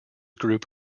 group